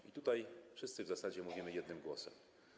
I tutaj wszyscy w zasadzie mówimy jednym głosem.